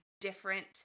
different